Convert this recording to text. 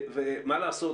ומה לעשות,